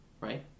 right